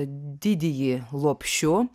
didįjį lopšiu